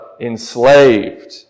enslaved